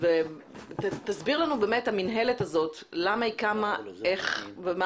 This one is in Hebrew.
תסביר לנו למה המינהלת קמה ומה